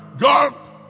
God